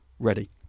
ready